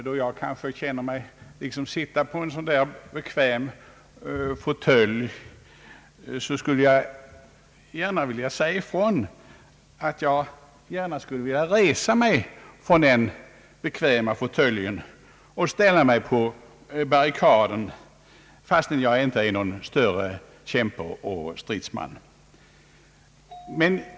Då jag kanske känner mig sitta i en sådan bekväm fåtölj, skulle jag vilja säga ifrån, att jag gärna skulle vilja resa mig från den bekväma fåtöljen och ställa mig på barrikaden, fastän jag inte är någon större kämpe och stridsman.